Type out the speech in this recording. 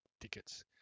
tickets